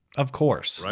of course.